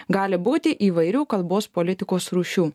gali būti įvairių kalbos politikos rūšių